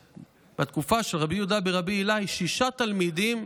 בתקופה של רבי יהודה ברבי אילעאי שישה תלמידים,